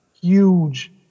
huge